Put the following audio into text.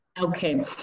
Okay